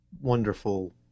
wonderful